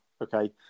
okay